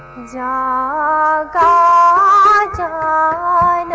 da da da